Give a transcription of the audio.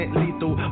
lethal